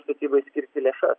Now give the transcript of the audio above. statybai skirti lėša